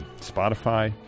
Spotify